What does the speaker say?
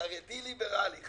חרדי ליבראלי.